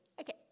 Okay